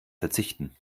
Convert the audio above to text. verzichten